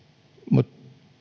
mutta